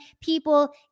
people